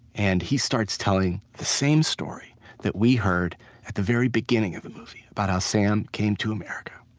and he starts telling the same story that we heard at the very beginning of the movie, about how sam came to america.